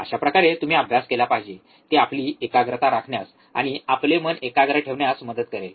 अशाप्रकारे तुम्ही अभ्यास केला पाहिजे ते आपली एकाग्रता राखण्यास आणि आपले मन एकाग्र ठेवण्यास मदत करेल